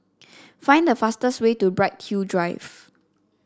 find the fastest way to Bright Hill Drive